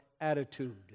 attitude